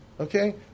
Okay